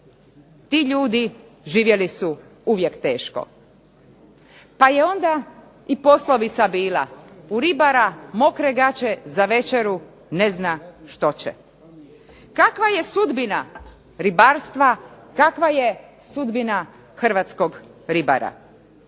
ti ljudi živjeli su uvijek teško. Pa je onda i poslovica bila: "U ribara mokre gaće, za večeru ne zna što će." Kakva je sudbina ribarstva? Kakva je sudbina hrvatskog ribara?